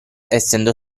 essendo